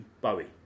Bowie